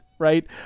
right